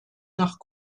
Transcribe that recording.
nach